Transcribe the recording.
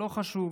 לא חשוב.